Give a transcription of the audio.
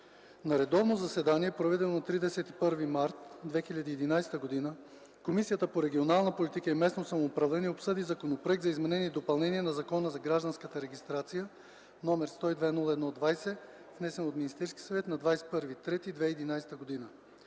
На редовно заседание, проведено на 31 март 2011 г., Комисията по регионална политика и местно самоуправление обсъди Законопроект за изменение и допълнение на Закона за гражданската регистрация, № 102–01–20, внесен от Министерския съвет на 21 март 2011 г.